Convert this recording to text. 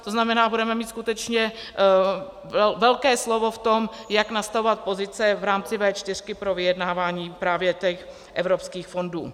To znamená, budeme mít skutečně velké slovo v tom, jak nastavovat pozice v rámci V4 pro vyjednávání právě těch evropských fondů.